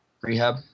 rehab